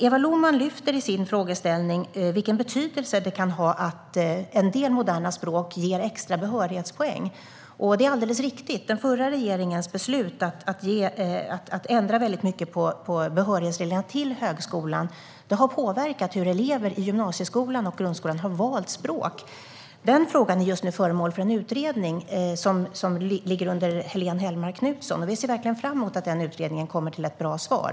Eva Lohman lyfter i sin frågeställning fram vilken betydelse det kan ha att en del moderna språk ger extra behörighetspoäng. Det är alldeles riktigt. Den förra regeringens beslut att ändra mycket på reglerna för behörighet till högskolan har påverkat hur elever i gymnasieskolan och grundskolan har valt språk. Den frågan är just nu föremål för en utredning som ligger under Helene Hellmark Knutsson, och vi ser verkligen fram emot att den utredningen kommer fram till ett bra svar.